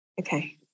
Okay